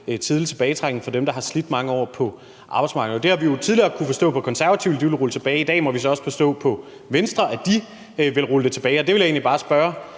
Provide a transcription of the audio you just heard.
tidlig tilbagetrækning for dem, der har slidt mange år på arbejdsmarkedet, og vi har jo tidligere kunnet forstå på Konservative, at de vil rulle det tilbage. I dag må vi så også forstå på Venstre, at de vil rulle det tilbage. Og jeg vil egentlig bare spørge